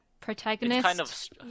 protagonist